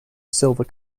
silver